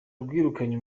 rwirukanye